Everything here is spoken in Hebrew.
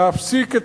להפסיק את